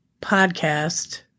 podcast